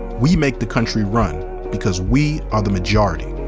we make the country run because we are the majority